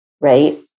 right